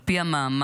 על פי המאמר,